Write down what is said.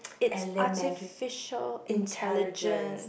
it's artificial intelligence